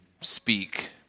speak